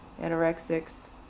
anorexics